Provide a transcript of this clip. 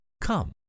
Come